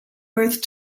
birth